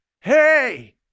hey